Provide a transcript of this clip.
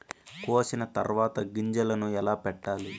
కోసిన తర్వాత గింజలను ఎలా పెట్టాలి